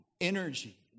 energy